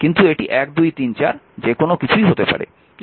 কিন্তু এটি 1 2 3 4 যে কোনও কিছু হতে পারে